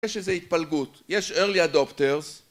יש איזה התפלגות יש early adopters